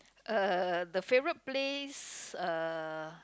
uh the favourite place uh